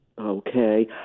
Okay